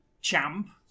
Champ